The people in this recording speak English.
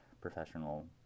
professional